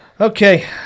Okay